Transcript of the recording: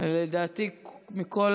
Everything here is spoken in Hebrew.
לדעתי מכל